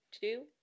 two